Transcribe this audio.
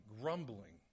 grumbling